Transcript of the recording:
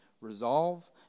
resolve